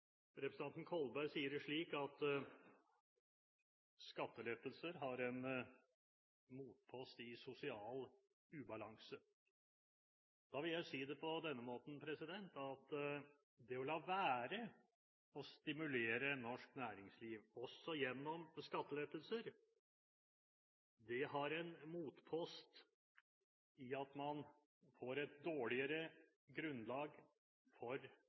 Representanten Kolberg sier det slik at skattelettelser har en motpost i sosial ubalanse. Da vil jeg si det på den måten at det å la være å stimulere norsk næringsliv også gjennom skattelettelser, har en motpost i at man får et dårligere grunnlag for